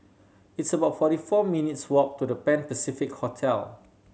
it's about forty four minutes' walk to The Pan Pacific Hotel